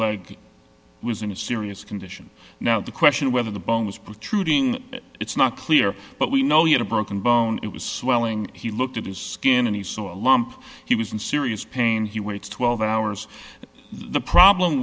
leg was in a serious condition now the question of whether the bone was protruding it's not clear but we know yet a broken bone it was swelling he looked at his skin and he saw a lump he was in serious pain he waits twelve hours the problem